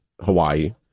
Hawaii